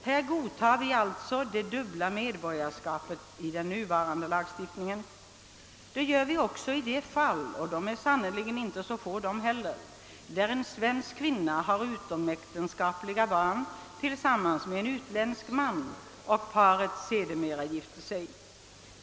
Härvidlag godtar vi alltså i den nuvarande lagstiftningen det dubbla medborgarskapet. Det gör vi också i de fall — och de är sanner ligen inte så få dom heller — då en svensk kvinna har utomäktenskapliga barn tillsammans med utländsk man och paret sedermera gifter sig.